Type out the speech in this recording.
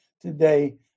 today